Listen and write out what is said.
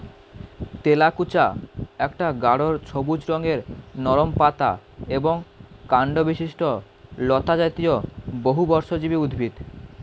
তেলাকুচা একটা গাঢ় সবুজ রঙের নরম পাতা ও কাণ্ডবিশিষ্ট লতাজাতীয় বহুবর্ষজীবী উদ্ভিদ